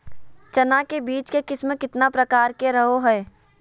चना के बीज के किस्म कितना प्रकार के रहो हय?